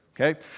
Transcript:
okay